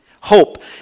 Hope